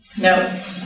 No